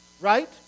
Right